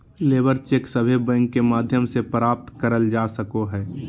labour cheque सभे bank के माध्यम से प्राप्त करल जा सको हय